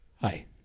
Hi